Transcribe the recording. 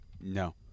No